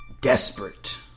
desperate